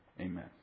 amen